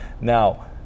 now